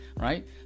right